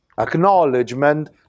Acknowledgement